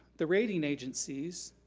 the rating agencies,